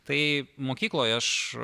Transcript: tai mokykloj aš